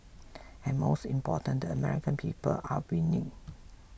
and most important the American people are winning